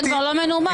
אתה כבר לא מנומס.